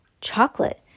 Chocolate